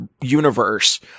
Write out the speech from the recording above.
universe